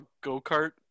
go-kart